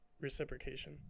reciprocation